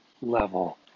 level